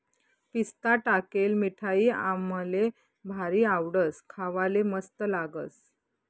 पिस्ता टाकेल मिठाई आम्हले भारी आवडस, खावाले मस्त लागस